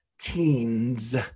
teens